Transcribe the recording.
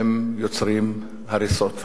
הן יוצרות הריסות.